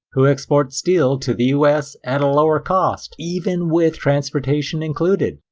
who export steel to the us at a lower cost, even with transportation included,